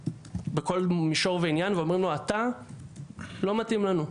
בכל מישור ועניין ואומרים לו אתה לא מתאים לנו,